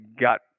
got